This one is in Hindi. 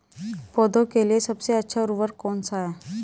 पौधों के लिए सबसे अच्छा उर्वरक कौन सा है?